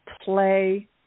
play